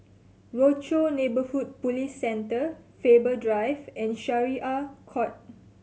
Rochor Neighborhood Police Centre Faber Drive and Syariah Court